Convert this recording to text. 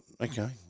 Okay